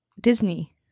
Disney